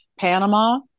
Panama